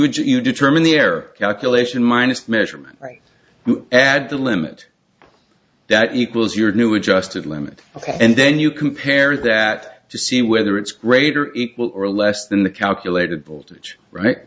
would you determine their calculation minus measurement right add the limit that equals your new adjusted limit and then you compare that to see whether it's greater equal or less than the calculated voltage right